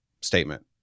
statement